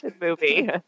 movie